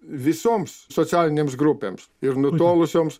visoms socialinėms grupėms ir nutolusioms